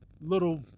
little